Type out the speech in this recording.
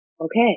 okay